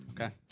Okay